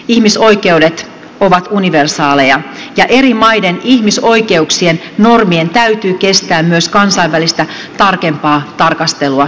ihmisoikeudet ovat universaaleja ja eri maiden ihmisoikeuksien normien täytyy kestää myös kansainvälistä tarkempaa tarkastelua ja kritiikkiä